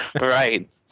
Right